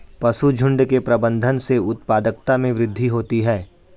पशुझुण्ड के प्रबंधन से उत्पादकता में वृद्धि होती है